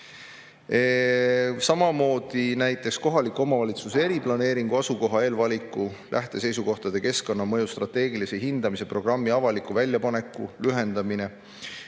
lühendada näiteks kohaliku omavalitsuse eriplaneeringu asukoha eelvaliku lähteseisukohtade ja keskkonnamõju strateegilise hindamise programmi avaliku väljapaneku aega.